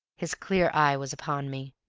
his clear eye was upon me,